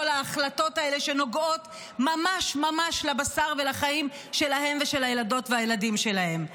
ההחלטות האלה שנוגעות ממש ממש לבשר ולחיים שלהן ושל הילדות והילדים שלהן.